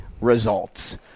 results